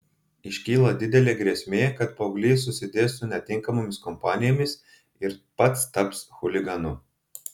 iškyla didelė grėsmė kad paauglys susidės su netinkamomis kompanijomis ir pats taps chuliganu